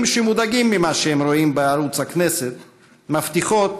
שמודאגים ממה שהם רואים בערוץ הכנסת מבטיחות